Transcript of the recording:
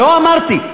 לא אמרתי,